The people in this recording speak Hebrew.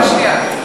רק שנייה,